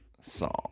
song